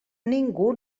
ningú